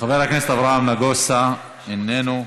חבר הכנסת אברהם נגוסה, איננו,